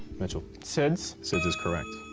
mitchell. sids. sids is correct.